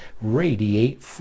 radiate